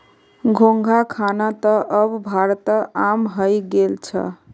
घोंघा खाना त अब भारतत आम हइ गेल छ